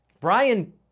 Brian